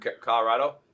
colorado